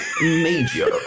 major